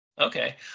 Okay